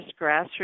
grassroots